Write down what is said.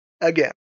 Again